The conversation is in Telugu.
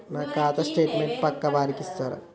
నా ఖాతా స్టేట్మెంట్ పక్కా వారికి ఇస్తరా?